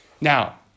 Now